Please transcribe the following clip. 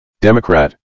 Democrat